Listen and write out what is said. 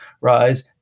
rise